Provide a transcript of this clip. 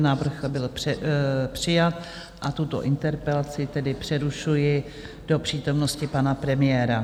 Návrh byl přijat, tuto interpelaci tedy přerušuji do přítomnosti pana premiéra.